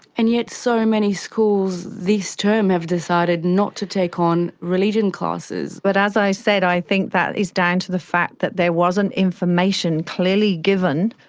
and yet so many schools this term have decided not to take on religion classes. but as i said, i think that is down to the fact that there wasn't information clearly given.